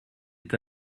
est